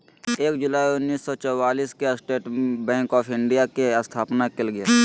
एक जुलाई उन्नीस सौ चौआलिस के स्टेट बैंक आफ़ इंडिया के स्थापना कइल गेलय